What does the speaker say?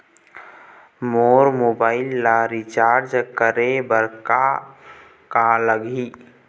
मोर mobile ला recharge करे बर का का लगही?